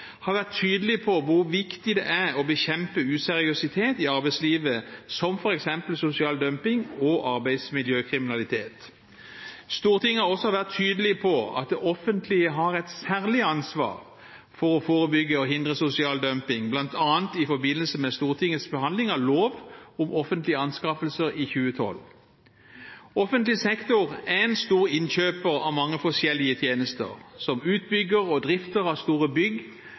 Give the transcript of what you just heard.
har vært tydelig på hvor viktig det er å bekjempe useriøsitet i arbeidslivet, som f.eks. sosial dumping og arbeidsmiljøkriminalitet. Stortinget har også vært tydelig på at det offentlige har et særlig ansvar for å forebygge og hindre sosial dumping, bl.a. i forbindelse med Stortingets behandling av lov om offentlige anskaffelser, i 2012. Offentlig sektor er en stor innkjøper av mange forskjellige tjenester. Som utbygger og drifter av store bygg